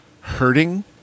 hurting